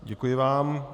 Děkuji vám.